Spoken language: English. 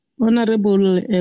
Honorable